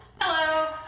Hello